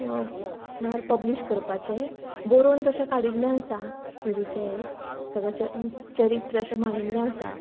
म्हळ्यार पब्लीश करपाचें बरोन तशें काडिल्लें आसा हिरूचें सगलें चरित्र अशें माणिल्लें आसा